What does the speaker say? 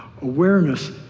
Awareness